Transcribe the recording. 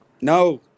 no